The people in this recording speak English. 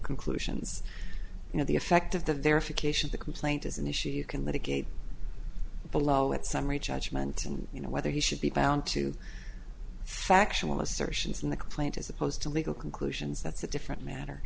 conclusions you know the effect of the verification the complaint is an issue you can litigate below at summary judgment and you know whether he should be found to factual assertions in the complaint as opposed to legal conclusions that's a different matter